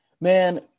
Man